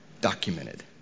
Documented